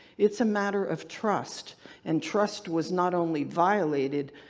it's a matter of trust and trust was not only violated,